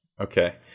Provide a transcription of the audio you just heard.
Okay